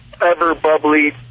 ever-bubbly